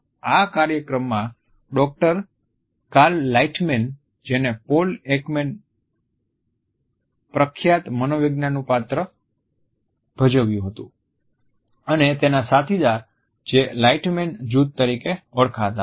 આ કાર્યક્રમમાં doctor Cal Lightman જેને પૌલ એકમેન પ્રખ્યાત મનોવૈજ્ઞાનિકનું પાત્ર ભજવ્યું હતું અને તેના સાથીદાર જે લાઇટમેન જૂથ તરીકે ઓળખાતા હતા